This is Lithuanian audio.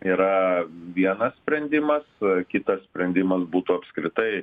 yra vienas sprendimas kitas sprendimas būtų apskritai